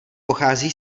pochází